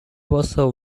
also